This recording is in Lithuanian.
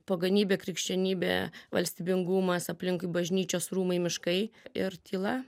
pagonybė krikščionybė valstybingumas aplinkui bažnyčios rūmai miškai ir tyla